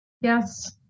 Yes